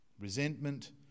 resentment